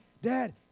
Dad